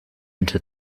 into